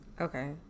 Okay